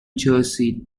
jersey